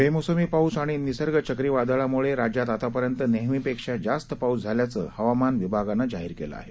बेमोसमी पाऊस आणि निसर्ग चक्रीवादळामुळं राज्यात आतापर्यंत नेहमीपेक्षा जास्त पाऊस झाल्याचं हवामान विभागानं जाहीर केलं आहे